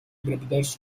brothers